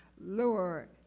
Lord